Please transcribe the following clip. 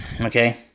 Okay